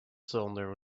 cylinder